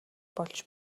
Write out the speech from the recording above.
болж